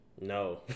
no